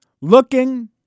Looking